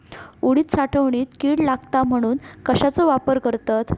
उडीद साठवणीत कीड लागात म्हणून कश्याचो वापर करतत?